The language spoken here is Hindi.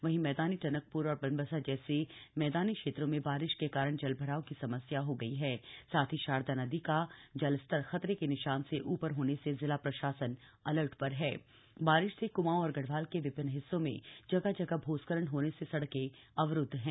वहीं मद्वानी टनकप्र और बनबसा जप्ते मद्वानी क्षेत्रों में बारिश के कारण जलभराव की समस्या हो गयी हण साथ ही शारदा नदी का जलस्तर खतरे के निशान से ऊपर होने से जिला प्रशासन अलर्ट पर हण बारिश के क्माऊं और गढ़वाल के विभिन्न हिस्सों में जगह जगह भूस्खलन होने से सड़कें अवरुद्ध हैं